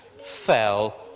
fell